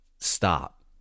Stop